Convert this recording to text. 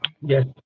yes